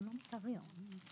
הוא לא מטרה, הוא אמצעי.